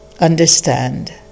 Understand